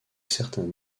certains